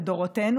לדורותינו,